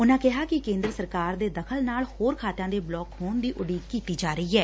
ਉਨੂਾ ਕਿਹਾ ਕਿ ਕੇਂਦਰ ਸਰਕਾਰ ਨੇ ਦਖ਼ਲ ਨਾਲ ਹੋਰ ਖਾਤਿਆਂ ਦੇ ਬਲਾਕ ਹੋਣ ਦੀ ਉਡੀਕ ਕੀਤੀ ਜਾ ਰਹੀ ਏ